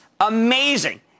amazing